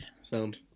Sound